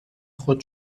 خود